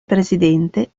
presidente